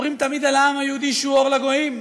אומרים תמיד על העם היהודי שהוא אור לגויים.